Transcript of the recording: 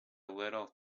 little